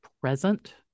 present